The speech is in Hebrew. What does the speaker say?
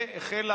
והחלה,